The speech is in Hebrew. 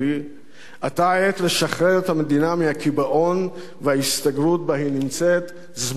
עתה העת לשחרר את המדינה מהקיבעון וההסתגרות שבהם היא נמצאת זמן רב מדי.